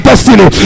Destiny